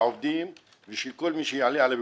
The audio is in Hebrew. העובדים ושל כל מי שיעלה על הפיגומים.